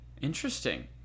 interesting